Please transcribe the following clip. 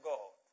God